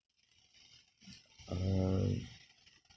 err